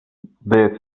their